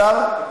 השר?